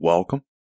Welcome